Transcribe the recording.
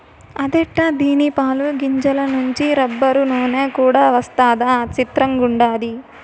అదెట్టా దీని పాలు, గింజల నుంచి రబ్బరు, నూన కూడా వస్తదా సిత్రంగుండాది